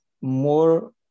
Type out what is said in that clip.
more